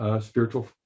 spiritual